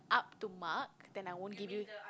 up to mark then I won't give you